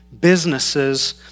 businesses